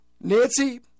Nancy